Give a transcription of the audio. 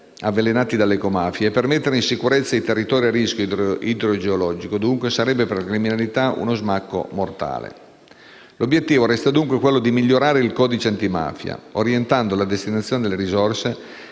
avvelenati dalle ecomafie e per mettere in sicurezza i territori a rischio idrogeologico, dunque, sarebbe per la criminalità uno smacco mortale. L'obiettivo resta, dunque, quello di migliorare il codice antimafia orientando la destinazione delle risorse,